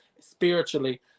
spiritually